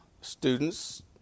students